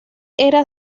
era